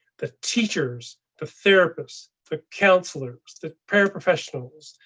the teachers, the therapist, the counselors that paraprofessionals,